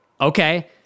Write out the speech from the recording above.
Okay